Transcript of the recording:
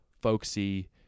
folksy